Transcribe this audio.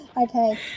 Okay